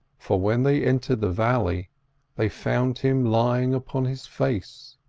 for when they entered the valley they found him lying upon his face.